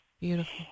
Beautiful